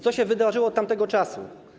Co się wydarzyło od tamtego czasu?